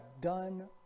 done